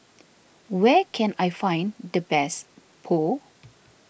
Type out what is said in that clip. where can I find the best Pho